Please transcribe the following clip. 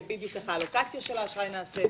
איך החלוקה של האשראי נעשית.